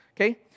Okay